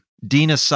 Dina